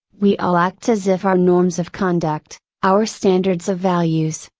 we all act as if our norms of conduct, our standards of values,